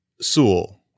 Sewell